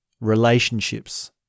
Relationships